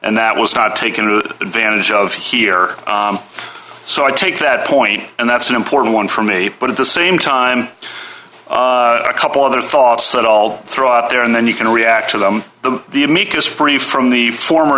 and that was not taken advantage of here so i take that point and that's an important one for me but at the same time a couple other thoughts that all throw out there and then you can react to them the the amicus brief from the former